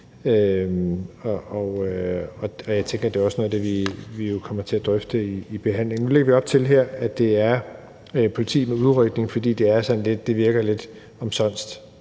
Jeg tænker, at det også er noget af det, vi jo kommer til at drøfte i behandlingen. Nu lægger vi op til her, at det er politi med udrykning, fordi det virker lidt omsonst,